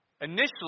initially